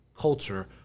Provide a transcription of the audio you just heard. culture